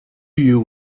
you